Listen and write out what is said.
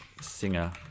singer